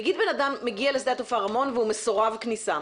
נגיד בן אדם מגיע לשדה התעופה רמון והוא מסורב כניסה,